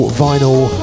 vinyl